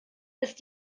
ist